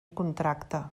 contracte